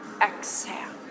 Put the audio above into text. Exhale